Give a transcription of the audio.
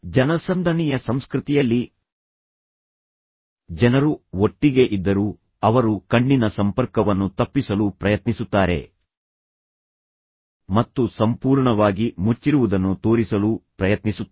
ಜನಸಂದಣಿಯ ಸಂಸ್ಕೃತಿಯಲ್ಲಿ ಜನರು ಒಟ್ಟಿಗೆ ಇದ್ದರೂ ಅವರು ಕಣ್ಣಿನ ಸಂಪರ್ಕವನ್ನು ತಪ್ಪಿಸಲು ಪ್ರಯತ್ನಿಸುತ್ತಾರೆ ಮತ್ತು ಸಂಪೂರ್ಣವಾಗಿ ಮುಚ್ಚಿರುವುದನ್ನು ತೋರಿಸಲು ಪ್ರಯತ್ನಿಸುತ್ತಾರೆ